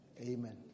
Amen